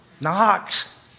Knocks